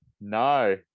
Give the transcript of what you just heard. no